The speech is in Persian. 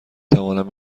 توانم